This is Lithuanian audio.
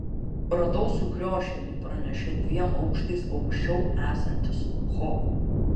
radau sukriošėlį pranešė dviem aukštais aukščiau esantis ho